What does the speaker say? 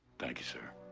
thank you, sir.